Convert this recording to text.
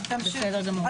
תמשיכי.